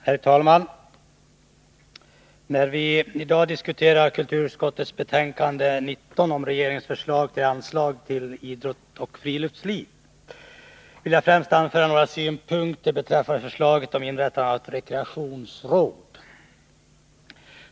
Herr talman! När vi i dag diskuterar kulturutskottets betänkande 19 om regeringens förslag till anslag till idrott och friluftsliv, vill jag främst anföra några synpunkter beträffande förslaget att inrätta ett rekreationsråd.